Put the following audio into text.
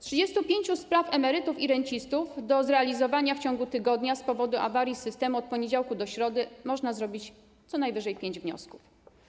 35 spraw emerytów i rencistów do zrealizowania w ciągu tygodnia z powodu awarii systemu, a od poniedziałku do środy można zrobić najwyżej pięć wniosków.